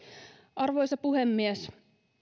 arvoisa puhemies